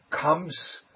comes